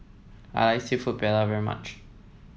I like seafood Paella very much